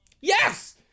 Yes